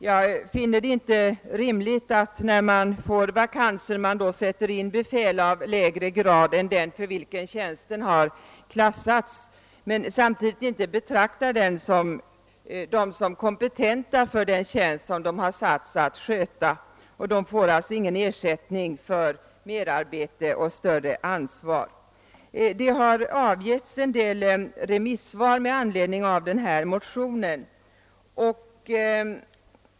Jag finner inte rimligt att man vid vakanser sätter in befäl av lägre grad än den för vilken tjänsten klassats men samtidigt inte betraktar vikarierna som kompetenta för den tjänst de satts att sköta, varigenom de inte heller får någon ersättning för merarbete och större ansvar. Det har avgetts en del remissyttranden med anledning av denna motion.